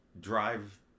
drive